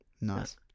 Nice